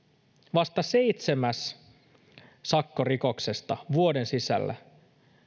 vasta seitsemäs sakko rikoksesta vuoden sisällä